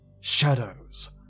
Shadows